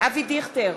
אבי דיכטר,